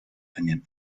einem